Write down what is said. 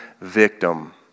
victim